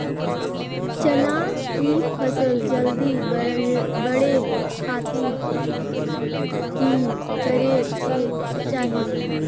चना की फसल जल्दी बड़े खातिर की करे के चाही?